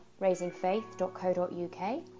raisingfaith.co.uk